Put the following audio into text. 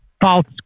false